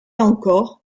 encore